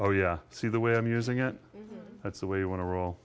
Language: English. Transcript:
oh yeah see the way i'm using it that's the way you want to r